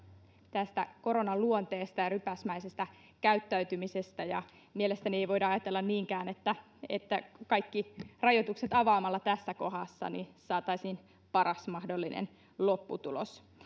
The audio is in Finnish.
tästä koronan luonteesta ja rypäsmäisestä käyttäytymisestä ja mielestäni ei voida ajatella niinkään että että kaikki rajoitukset avaamalla tässä kohdassa saataisiin paras mahdollinen lopputulos